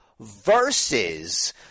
versus